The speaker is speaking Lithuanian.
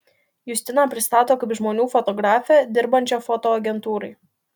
justiną pristato kaip žmonių fotografę dirbančią fotoagentūrai